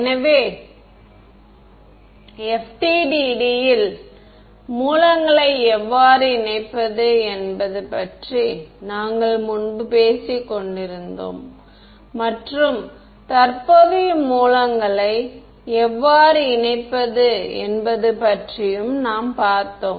எனவே FDTD யில் மூலங்களை எவ்வாறு இணைப்பது என்பது பற்றி நாங்கள் முன்பு பேசிக் கொண்டிருந்தோம் மற்றும் தற்போதைய மூலங்களை எவ்வாறு இணைப்பது என்பது பற்றியும் நாம் பார்த்தோம்